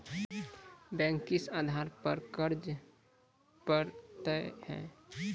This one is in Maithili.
बैंक किस आधार पर कर्ज पड़तैत हैं?